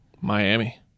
miami